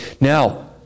Now